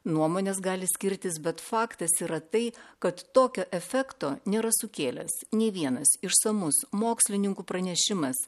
nuomonės gali skirtis bet faktas yra tai kad tokio efekto nėra sukėlęs nei vienas išsamus mokslininkų pranešimas